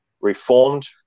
reformed